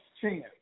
chance